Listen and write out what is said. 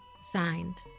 Signed